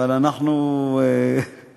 אבל זה מפריע.